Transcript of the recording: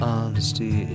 Honesty